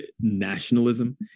nationalism